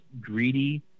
greedy